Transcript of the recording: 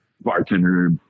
bartender